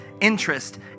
interest